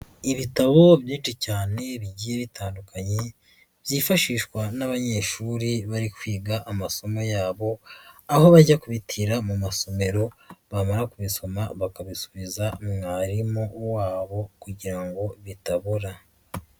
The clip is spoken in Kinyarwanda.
Ibitabo byinshi cyane bigiye bitandukanye, byifashishwa n'abanyeshuri bari kwiga amasomo yabo, aho bajya kubitira mu masomero, bamara kubisoma bakabisubiza mwarimu wabo kugira ngo bitabura.